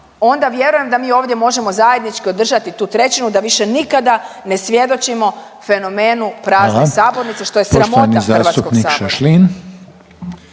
onda vjerujem da mi ovdje možemo zajednički održati tu trećinu da više nikada ne svjedočimo fenomenu …/Upadica Reiner: Hvala./… prazne sabornice